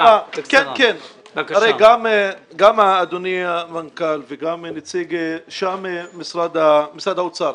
גם אדוני המנכ"ל וגם נציג משרד האוצר,